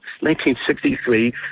1963